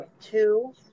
two